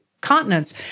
continents